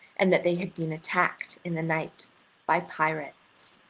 and that they had been attacked in the night by pirates.